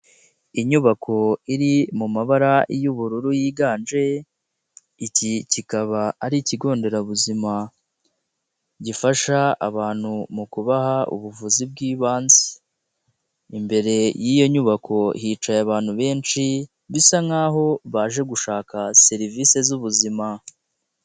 Inyubako iri mu mabara y'ubururu yiganje iki kikaba ari ikigo nderabuzima gifasha abantu mu kubaha ubuvuzi bw'ibanze, imbere y'iyo nyubako hicaye abantu benshi bisa nk'aho baje gushaka serivise z'ubuzima.